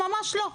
ממש לא.